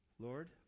Lord